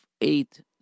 eight